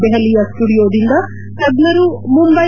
ದೆಹಲಿಯ ಸ್ಸುಡಿಯೋದಿಂದ ತಜ್ಞರು ಮುಂಬೈ